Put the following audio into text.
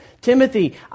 Timothy